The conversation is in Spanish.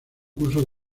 curso